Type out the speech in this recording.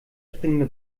springende